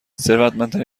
ثروتمندترین